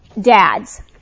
Dads